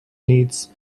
needs